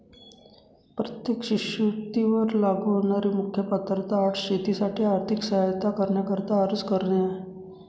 प्रत्येक शिष्यवृत्ती वर लागू होणारी मुख्य पात्रता अट शेतीसाठी आर्थिक सहाय्यता करण्याकरिता अर्ज करणे आहे